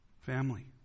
Family